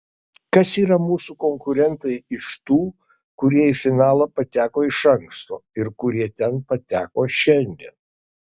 kas yra mūsų konkurentai iš tų kurie į finalą pateko iš anksto ir kurie ten pateko šiandien